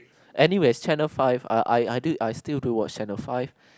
anyways Channel Five uh I did I still do watch Channel Five